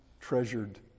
treasured